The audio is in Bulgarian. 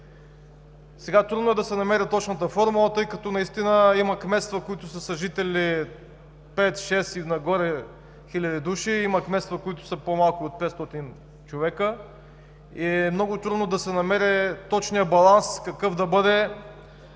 Трудно е да се намери точната формула, тъй като наистина има кметства, които са с жители 5, 6 хиляди души и нагоре. Има кметства, които са по-малко от 500 човека, и е много трудно да се намери точният баланс какъв да бъде